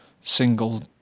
single